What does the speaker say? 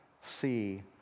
see